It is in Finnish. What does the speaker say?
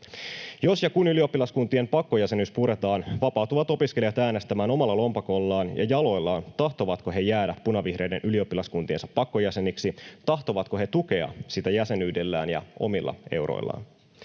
Jos ja kun ylioppilaskuntien pakkojäsenyys puretaan, vapautuvat opiskelijat äänestämään omalla lompakollaan ja jaloillaan, tahtovatko he jäädä punavihreiden ylioppilaskuntiensa pakkojäseniksi ja tahtovatko he tukea niitä jäsenyydellään ja omilla euroillaan.